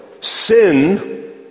sin